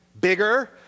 bigger